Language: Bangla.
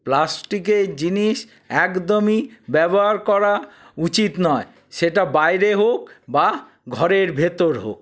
প্লাস্টিকের জিনিস একদমই ব্যবহার করা উচিত নয় সেটা বাইরে হোক বা ঘরের ভেতর হোক